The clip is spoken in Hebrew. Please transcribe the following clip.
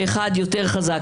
שאחד יותר חזק,